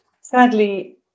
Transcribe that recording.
sadly